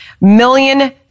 million